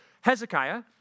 Hezekiah